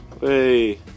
Hey